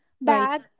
bag